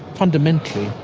fundamentally,